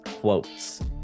quotes